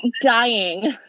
dying